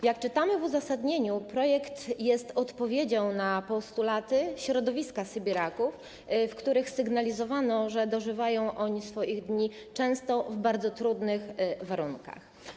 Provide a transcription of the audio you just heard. Jak czytamy w uzasadnieniu, projekt jest odpowiedzią na postulaty środowiska sybiraków, w których sygnalizowano, że dożywają oni swoich dni często w bardzo trudnych warunkach.